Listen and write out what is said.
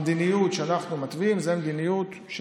המדיניות שאנחנו מתווים זאת המדיניות של